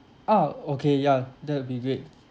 ah okay ya that would be great